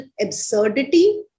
absurdity